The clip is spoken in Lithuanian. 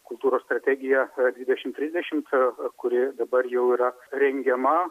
kultūros strategija dvidešim trisdešimt kuri dabar jau yra rengiama